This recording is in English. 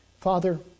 Father